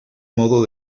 modo